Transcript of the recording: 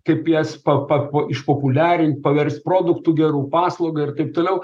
kaip jas pa pa išpopuliarint paverst produktu geru paslauga ir taip toliau